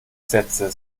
sätze